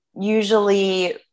usually